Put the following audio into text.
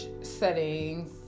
settings